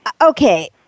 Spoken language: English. okay